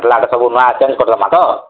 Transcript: ଫାଟ୍ଲା ଟା ସବୁ ନୂଆ ଚେଞ୍ଜ କରି ଦବା ତ